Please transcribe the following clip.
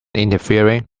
interfering